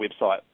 website